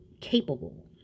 capable